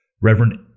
Reverend